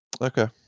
Okay